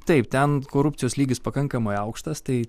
taip ten korupcijos lygis pakankamai aukštas tai